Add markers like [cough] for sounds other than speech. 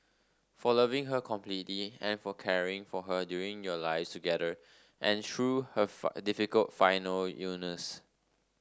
for loving her completely and for caring for her during your lives together and through her [unintelligible] difficult final illness